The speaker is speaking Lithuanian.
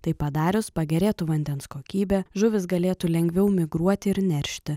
tai padarius pagerėtų vandens kokybė žuvys galėtų lengviau migruoti ir neršti